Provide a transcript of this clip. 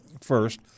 first